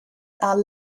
are